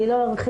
אני לא ארחיב,